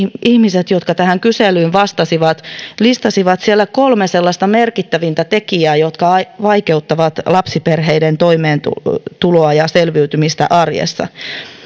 ihmiset jotka tähän kyselyyn vastasivat listasivat siellä kolme sellaista merkittävintä tekijää jotka vaikeuttavat lapsiperheiden toimeentuloa ja selviytymistä arjessa